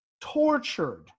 tortured